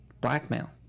blackmail